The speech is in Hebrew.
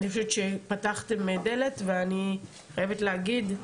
אני חושבת שפתחתם דלת ואני חייבת להגיד,